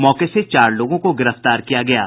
मौके से चार लोगों को गिरफ्तार किया गया है